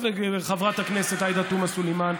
חברת הכנסת עאידה תומא סלימאן,